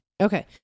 Okay